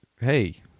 Hey